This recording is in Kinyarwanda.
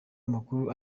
amakuru